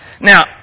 Now